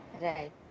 Right